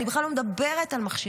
אני בכלל לא מדברת על מכשירים,